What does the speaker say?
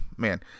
Man